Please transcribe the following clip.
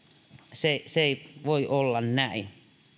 se se ei voi olla näin